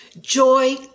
Joy